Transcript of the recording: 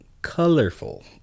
Colorful